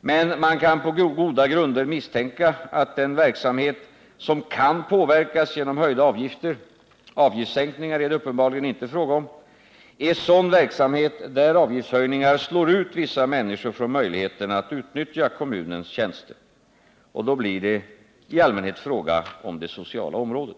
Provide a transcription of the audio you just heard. Men man kan på goda grunder misstänka att den verksamhet som kan påverkas genom höjda avgifter — avgiftssänkningar är det uppenbarligen inte fråga om — är sådan verksamhet, där avgiftshöjningar slår ut vissa människor från möjligheten att utnyttja kommunens tjänster. Det blir då i allmänhet fråga om det sociala området.